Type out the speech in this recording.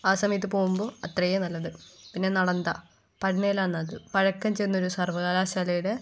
ആ സമയത്ത് പോവുമ്പോൾ അത്രയും നല്ലത് പിന്നെ നളന്ദ പട്നയിലാണത് പഴക്കം ചെന്നൊരു സർവകലാശാലയുടെ